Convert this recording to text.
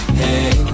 hey